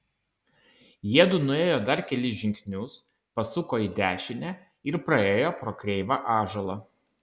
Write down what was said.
jiedu nuėjo dar kelis žingsnius pasuko į dešinę ir praėjo pro kreivą ąžuolą